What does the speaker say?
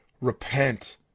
Repent